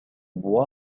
bois